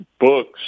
books